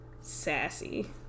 sassy